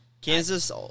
Kansas